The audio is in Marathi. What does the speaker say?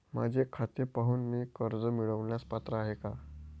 माझे खाते पाहून मी कर्ज मिळवण्यास पात्र आहे काय?